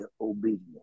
obedience